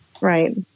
Right